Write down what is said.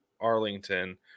Arlington